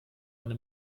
eine